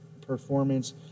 performance